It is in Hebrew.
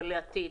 לעתיד.